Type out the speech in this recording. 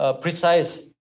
precise